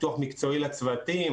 פיתוח מקצועי לצוותים,